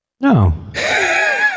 No